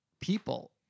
people